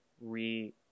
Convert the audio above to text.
re